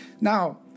Now